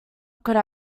could